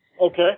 Okay